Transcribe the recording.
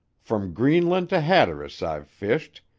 from greenland to hatteras i've fished,